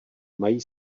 mají